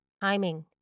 timing